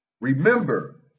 Remember